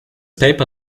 paper